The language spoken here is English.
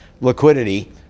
liquidity